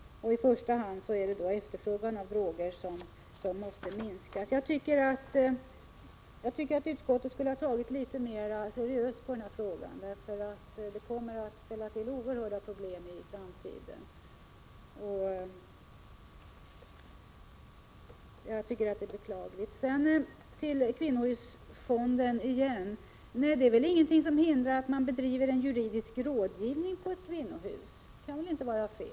I första hand är det efterfrågan på narkotika som måste minskas. Jag tycker att utskottet borde ha tagit litet mer seriöst på den här frågan, för narkotikan kommer att ställa till oerhörda problem i framtiden, och det tycker jag är beklagligt. När det gäller kvinnohusfonden vill jag framhålla att ingenting hindrar att man bedriver juridisk rådgivning på ett kvinnohus. Det kan väl inte vara fel.